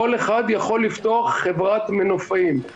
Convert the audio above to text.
כל אחד יכול לפתוח כוח אדם חברת מנופאים.